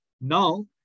Now